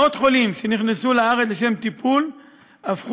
מאות חולים שנכנסו לארץ לשם טיפול הפכו